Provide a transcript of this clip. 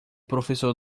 professor